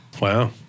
Wow